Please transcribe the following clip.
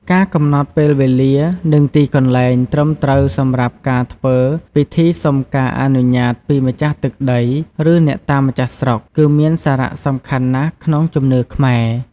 ការកំណត់ពេលវេលា និងទីកន្លែងត្រឹមត្រូវសម្រាប់ការធ្វើពិធីសុំការអនុញ្ញាតពីម្ចាស់ទឹកដី ឬអ្នកតាម្ចាស់ស្រុក គឺមានសារៈសំខាន់ណាស់ក្នុងជំនឿខ្មែរ។